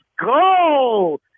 go